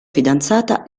fidanzata